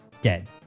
Dead